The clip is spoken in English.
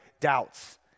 doubts